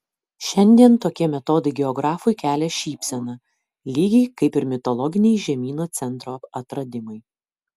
šiandien tokie metodai geografui kelia šypseną lygiai kaip ir mitologiniai žemyno centro atradimai